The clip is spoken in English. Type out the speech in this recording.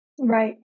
Right